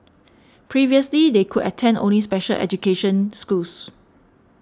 previously they could attend only special education schools